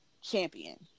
champion